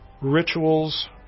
rituals